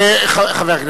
מה עם,